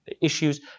issues